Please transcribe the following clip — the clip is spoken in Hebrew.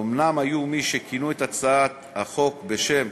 אומנם היו מי שכינו את הצעת החוק בשם